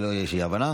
כדי שלא תהיה אי-הבנה.